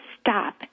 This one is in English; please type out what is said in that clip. stop